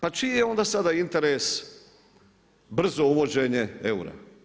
Pa čiji je onda sada interes brzo uvođenje eura?